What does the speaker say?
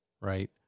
right